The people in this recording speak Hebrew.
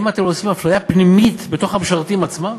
האם אתם עושים אפליה פנימית, בתוך המשרתים עצמם?